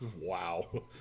Wow